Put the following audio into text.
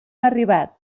arribat